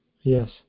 Yes